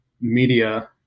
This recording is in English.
media